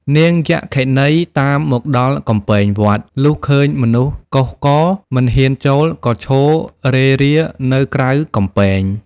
នាងយក្ខិនីតាមមកដល់កំពែងវត្ត លុះឃើញមនុស្សកុះករ មិនហ៊ានចូល ក៏ឈររេរានៅក្រៅកំពែង។